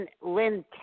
Lynn